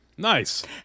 Nice